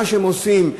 מה שהם עושים,